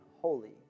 holy